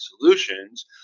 solutions